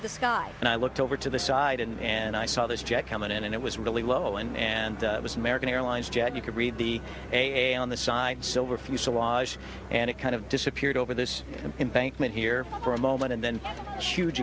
into the sky and i looked over to the side and and i saw this jet coming in and it was really well and and it was american airlines jet you could read the a on the side silver fuselage and it kind of disappeared over this bank made here for a moment and then